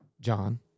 John